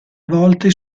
volte